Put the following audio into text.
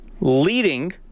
leading